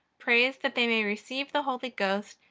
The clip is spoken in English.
prays that they may receive the holy ghost,